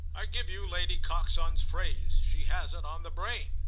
i give you lady coxon's phrase. she has it on the brain.